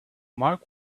mark